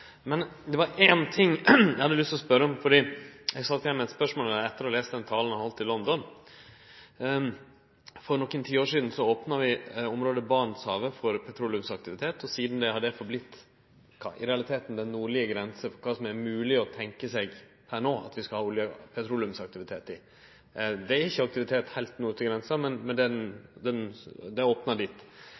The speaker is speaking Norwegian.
Det er ein ting eg har lyst til å spørje om, fordi eg sat igjen med eit spørsmål etter å ha lese talen han heldt i London. For nokre tiår sidan opna vi området Barentshavet for petroleumsaktivitet, og sidan har dette i realiteten vorte den nordlege grensa for kvar det no er mogleg å tenkje seg at vi skal ha olje- og petroleumsaktivitet. Det er ikkje aktivitet heilt nord til grensa, men det er opna dit. Det